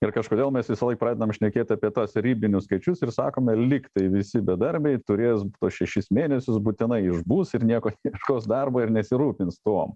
ir kažkodėl mes visąlaik pradedam šnekėt apie tuos ribinius skaičius ir sakom lyg tai visi bedarbiai turės tuos šešis mėnesius būtinai išbus ir nieko neieškos darbo ir nesirūpins tuom